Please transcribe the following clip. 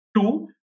Two